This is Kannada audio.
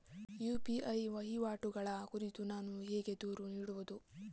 ಯು.ಪಿ.ಐ ವಹಿವಾಟುಗಳ ಕುರಿತು ನಾನು ಹೇಗೆ ದೂರು ನೀಡುವುದು?